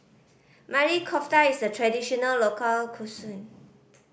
Maili Kofta is a traditional local